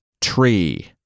tree